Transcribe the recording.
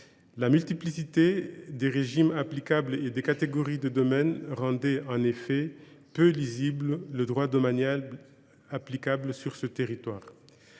la multiplicité des régimes applicables et des catégories de domaine rendait en effet peu lisible le droit domanial applicable sur ce territoire.